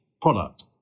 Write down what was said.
product